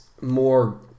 more